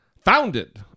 founded